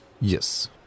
Yes